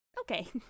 Okay